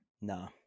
Nah